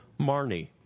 marnie